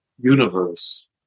universe